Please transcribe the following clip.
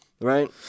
right